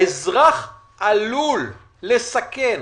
האזרח עלול לסכן